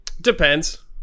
Depends